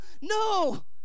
No